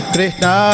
Krishna